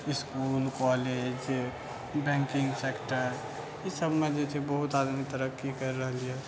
इसकुल college banking sector ई सबमे जे छै बहुत आदमी तरक्की करि रहल यऽ